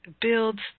Builds